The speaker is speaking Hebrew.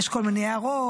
יש כל מיני הערות,